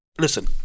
listen